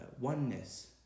oneness